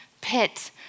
pit